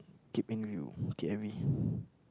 keep in view k_i_v